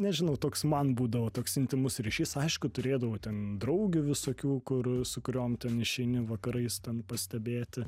nežinau toks man būdavo toks intymus ryšys aišku turėdavau ten draugių visokių kur su kuriom ten išeini vakarais ten pastebėti